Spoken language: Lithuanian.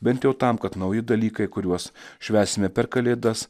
bent jau tam kad nauji dalykai kuriuos švęsime per kalėdas